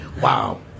wow